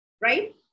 Right